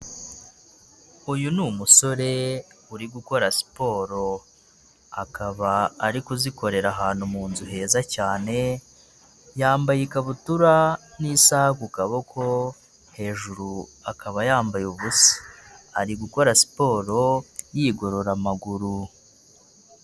Uyu ni umusore uri gukora siporo akaba ari kuzikorera ahantu mu nzu heza cyane, yambaye ikabutura n'isaha ku kaboko hejuru akaba yambaye ubusa, ari gukora siporo yigorora amaguru.